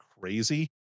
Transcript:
crazy